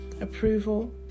approval